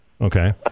Okay